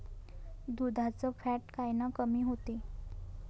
दुधाचं फॅट कायनं कमी होते?